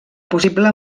possible